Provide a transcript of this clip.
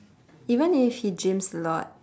even if he gyms a lot